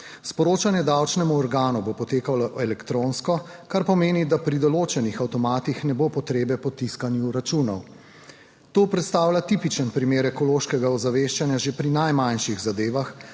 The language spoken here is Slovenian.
Sporočanje davčnemu organu bo potekalo elektronsko, kar pomeni, da pri določenih avtomatih ne bo potrebe po tiskanju računov. To predstavlja tipičen primer ekološkega ozaveščanja že pri najmanjših zadevah,